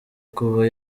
kuba